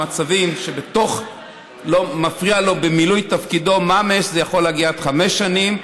במצבים שמפריעים לו במילוי תפקידו ממש זה יכול להגיע עד חמש שנים.